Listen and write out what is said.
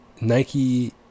Nike